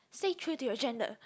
stay true to your gender